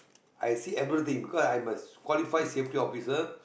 I see everything because I'm a qualified security officer